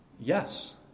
Yes